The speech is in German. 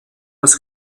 das